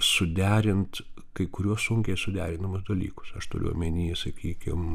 suderint kai kuriuos sunkiai suderinamus dalykus aš turiu omenyje sakykim